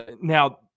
Now